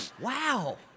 wow